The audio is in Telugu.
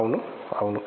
అవును అవును